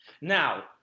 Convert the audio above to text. now